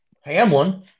Hamlin